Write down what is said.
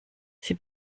sie